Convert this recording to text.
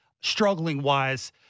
struggling-wise